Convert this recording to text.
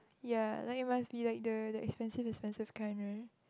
ya like it must be like the the expensive expensive kind right